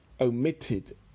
omitted